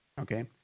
Okay